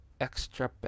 extra